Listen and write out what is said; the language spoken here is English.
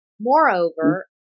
Moreover